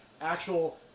actual